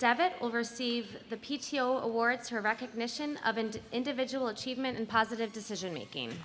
debit oversee the p t o awards her recognition of and individual achievement and positive decision making